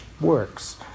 works